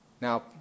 now